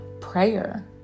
prayer